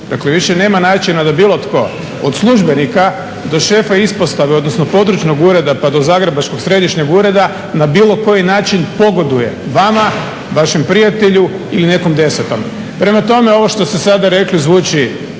Dakle, više nema načina da bilo tko od službenika do šefa ispostave, odnosno područnog ureda pa do Zagrebačkog središnjeg ureda na bilo koji način pogoduje vama, vašem prijatelju ili nekom desetom. Prema tome, ovo što ste sada rekli zvuči